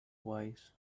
wise